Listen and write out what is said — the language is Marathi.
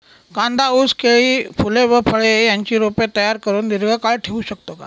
कांदा, ऊस, केळी, फूले व फळे यांची रोपे तयार करुन दिर्घकाळ ठेवू शकतो का?